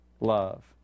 love